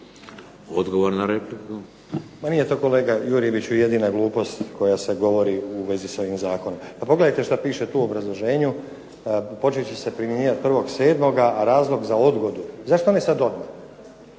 Odgovor na repliku.